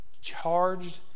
charged